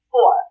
Four